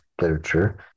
literature